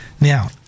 now